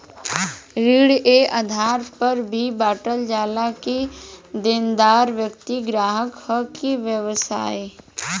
ऋण ए आधार पर भी बॉटल जाला कि देनदार व्यक्ति ग्राहक ह कि व्यवसायी